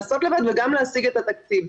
לעשות לבד וגם להשיג את התקציב.